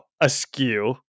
askew